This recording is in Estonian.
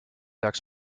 jaoks